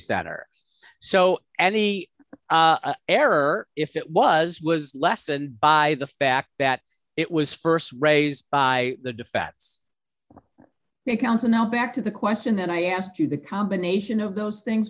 sat or so and the error if it was was lessened by the fact that it was st raised by the defense counsel now back to the question and i asked you the combination of those things